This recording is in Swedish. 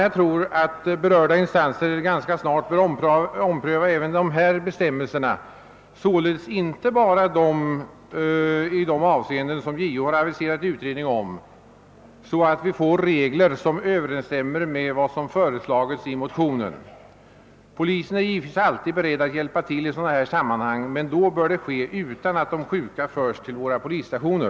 Jag tror att berörda instanser ganska snart bör ompröva även de här bestämmelserna, således inte bara i de avseenden som JO har begärt utredning om, så att vi får regler som överensstämmer med vad som har föreslagits i motionen. Polisen är givetvis alltid beredd att hjälpa till i sådana här sammanhang, men då bör det ske utan att de sjuka förs till våra polisstationer.